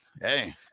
hey